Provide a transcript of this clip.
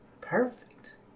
perfect